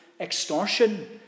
extortion